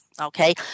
Okay